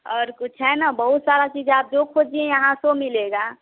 और कुछ है ना बहुत सारा चीज़ है आप जो खोजिए यहाँ सो मिलेगा